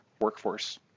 workforce